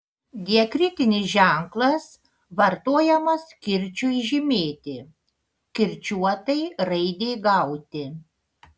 diakritinis ženklas vartojamas kirčiui žymėti kirčiuotai raidei gauti